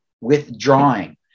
withdrawing